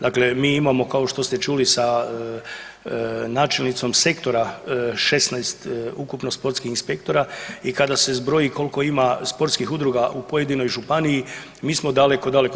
Dakle mi imamo kao što ste čuli sa načelnicom sektora 16 ukupno sportskih inspektora i kada se zbroji koliko ima sportskih udruga u pojedinoj županiji mi smo daleko, daleko.